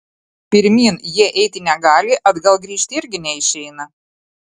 pirmyn jie eiti negali atgal grįžti irgi neišeina